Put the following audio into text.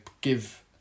give